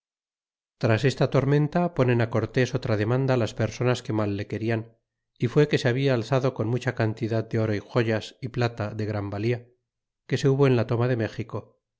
tras esta tormenta penen á cortés otra demanda las personas que mal le quefian y fué que se habla alzado con mucha cantidad de oro y joyas y plata de gran valla que se hubo en la toma de méxico